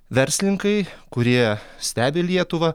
verslininkai kurie stebi lietuvą